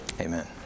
amen